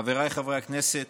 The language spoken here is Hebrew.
חבריי חברי הכנסת,